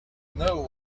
know